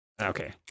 Okay